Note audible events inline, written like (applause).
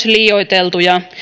(unintelligible) liioiteltuja